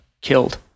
killed